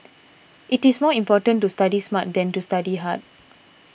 it is more important to study smart than to study hard